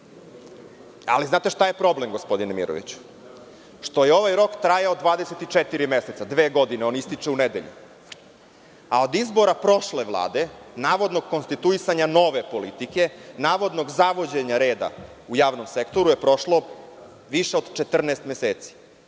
posluju. Znate šta je problem, gospodine Miroviću? Što je ovaj rok trajao 24 meseca ili dve godine. On ističe u nedelju, a od izbora prošle Vlade navodnog konstituisanja nove politike, navodnog zavođenja reda u javnom sektoru je prošlo više od 14 meseci.